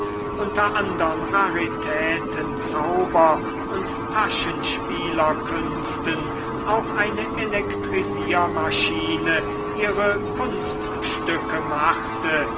unter andern raritäten zauber und taschenspielerkünsten auch eine elektrisiermaschine ihre kunststücke machte